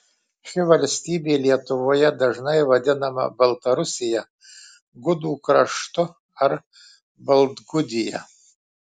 ši valstybė lietuvoje dažnai vadinama baltarusija gudų kraštu ar baltgudija